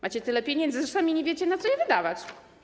Macie tyle pieniędzy, że sami nie wiecie, na co je wydawać.